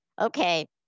okay